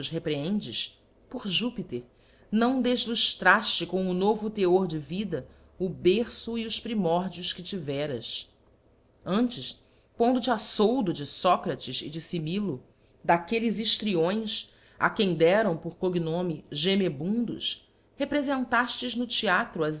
reprehendes por júpiter não defluftrafte com o novo teor de vida o berço e os primórdios que tiveras antes pondo te a foldo de sócrates e de simylo daquelles hiílriões a quem deram por cognome gemebundos reprefentaftes no theatro as